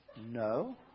No